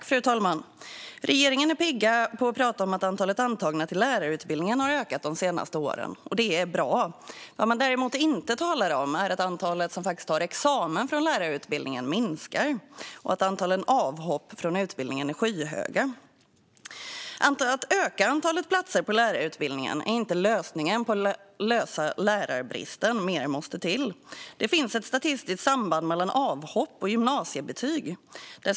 Fru talman! Regeringen är pigg på att prata om att antalet antagna till lärarutbildningen har ökat de senaste åren. Det är bra. Vad man däremot inte talar om är att antalet som faktiskt tar examen från lärarutbildningen minskar samt att antalet avhopp från utbildningen är skyhögt. Att öka antalet platser på lärarutbildningen är inte lösningen på lärarbristen, utan mer måste till. Det finns ett statistiskt samband mellan avhopp och gymnasiebetyg.